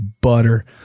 butter